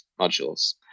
modules